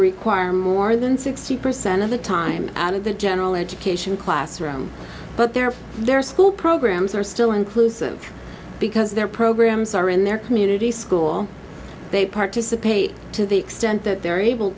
require more than sixty percent of the time out of the general education classroom but they're for their school programs are still inclusive because their programs are in their community school they participate to the extent that they're able